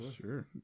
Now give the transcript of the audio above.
Sure